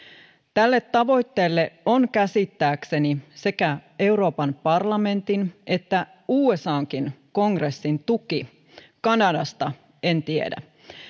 tälle tavoitteelle on käsittääkseni sekä euroopan parlamentin että usankin kongressin tuki kanadasta en tiedä